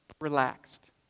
relaxed